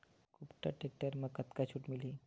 कुबटा टेक्टर म कतका छूट मिलही?